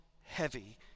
heavy